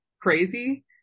crazy